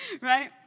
Right